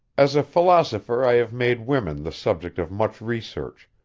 as a philosopher i have made woman the subject of much research,